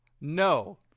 No